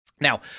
Now